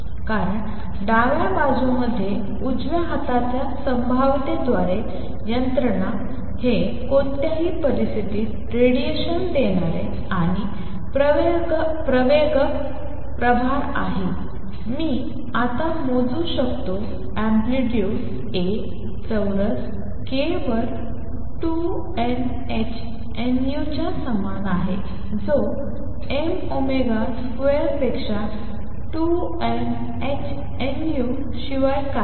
कारण डाव्या बाजू मध्ये उजव्या हाताच्या संभाव्यतेद्वारे यंत्रणा हे कोणत्याही परिस्थितीत रेडिएशन देणारे आणि प्रवेगक प्रभार आहे मी आता मोजू शकतो अँप्लितुड A चौरस k वर 2 n h nu च्या समान आहे जो m ओमेगा स्क्वेअरपेक्षा 2 n h nu शिवाय काहीच नाही